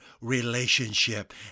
relationship